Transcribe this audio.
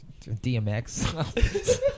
DMX